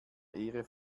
ehre